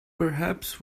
perhaps